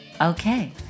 Okay